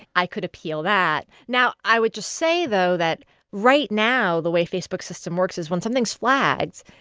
i could appeal that. now, i would just say, though, that right now the way facebook system works is when something's flagged,